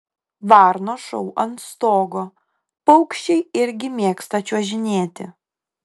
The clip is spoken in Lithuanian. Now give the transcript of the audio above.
varnos šou ant stogo paukščiai irgi mėgsta čiuožinėti